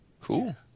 Cool